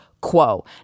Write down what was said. quo